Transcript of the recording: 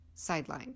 Sidelined